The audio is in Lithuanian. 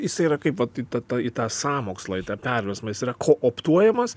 jisai yra kaip vat į tą tą į tą sąmokslą į tą perversmą jis yra kooptuojamas